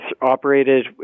operated